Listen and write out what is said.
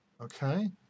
Okay